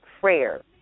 prayer